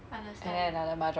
understand